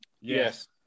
Yes